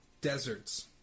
deserts